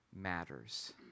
matters